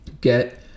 get